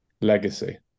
legacy